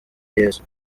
yezu